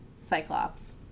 Cyclops